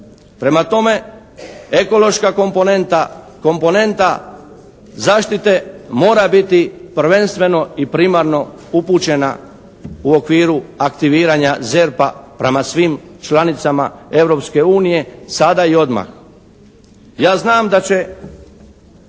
Prema tome, ekološka komponenta, komponenta zaštite mora biti prvenstveno i primarno upućena u okviru aktiviranja ZERP-a prema svim članicama Europske unije sada i odmah. Ja znam da će